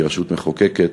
כרשות מחוקקת,